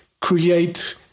create